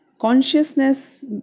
Consciousness